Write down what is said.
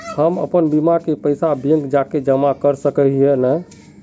हम अपन बीमा के पैसा बैंक जाके जमा कर सके है नय?